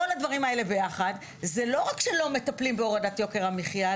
כל הדברים האלה ביחד לא רק שלא מטפלים ביוקר המחיה,